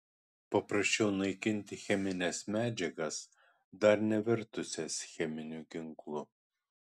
paprasčiau naikinti chemines medžiagas dar nevirtusias cheminiu ginklu